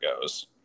goes